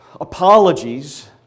apologies